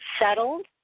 settled